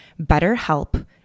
betterhelp